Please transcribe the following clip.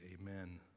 amen